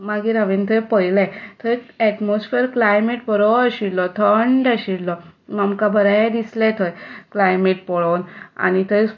मागीर हांवें थंय पळयलें थंय एटमोसफियर क्लायमेट बरो आशिल्लो थंड आशिल्लो आमकां बरें दिसलें थंय क्लायमेट पळोवन आनी थंय